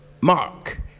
mark